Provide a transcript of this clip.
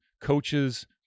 coaches